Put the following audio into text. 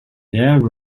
there